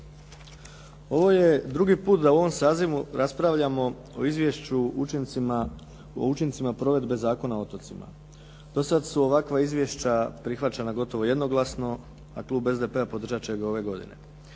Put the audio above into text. Ovo je drugi put da u ovom sazivu raspravljamo o Izvješću o učincima provedbe Zakona o otocima. Dosad su ovakva izvješća prihvaćena gotovo jednoglasno, a klub SDP-a podržat će ga ove godine.